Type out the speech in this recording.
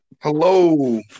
Hello